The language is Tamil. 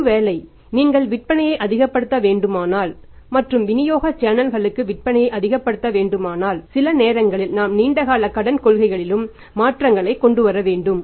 ஒருவேளை நீங்கள் விற்பனையை அதிகப்படுத்த வேண்டுமானால் மற்றும் வினியோக சேனல்களுக்கு விற்பனையை அதிகப்படுத்த வேண்டுமானால் சில நேரங்களில் நாம் நீண்டகால கடன் கொள்கைகளிலும் மாற்றங்களை கொண்டுவர வேண்டும்